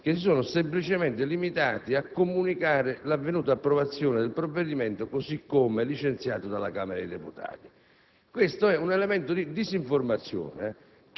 che si sono limitati a comunicare l'avvenuta approvazione del provvedimento così come licenziato dalla Camera dei deputati. Questo è un elemento di disinformazione